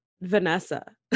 Vanessa